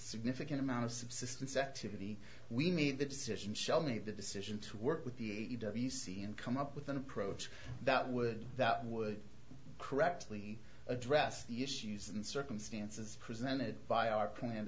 significant amount of subsistence activity we need the decision shall make the decision to work with the e c and come up with an approach that would that would correctly address the issues and circumstances presented by our planned